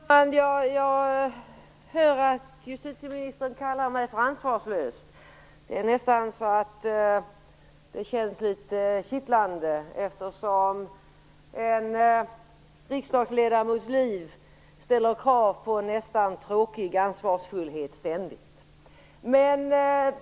Fru talman! Jag hör att justitieministern kallar mig för ansvarslös. Det känns nästan litet kittlande, eftersom en riksdagsledamots liv ställer krav på nästintill tråkig ansvarsfullhet ständigt.